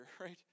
right